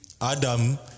Adam